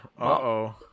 uh-oh